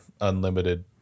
Unlimited